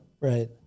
Right